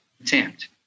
attempt